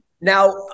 Now